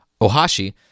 Ohashi